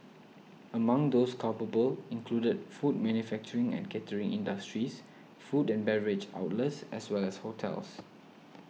among those culpable included food manufacturing and catering industries food and beverage outlets as well as hotels